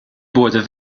borde